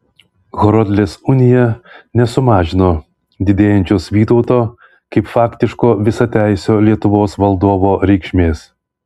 horodlės unija nesumažino didėjančios vytauto kaip faktiško visateisio lietuvos valdovo reikšmės